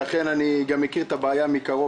משום שהרשויות המקומיות מתנגדות לכך,